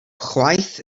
chwaith